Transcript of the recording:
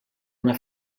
una